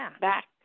back